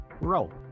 roll